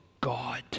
God